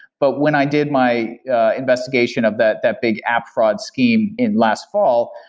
but when i did my investigation of that that big app fraud scheme in last fall,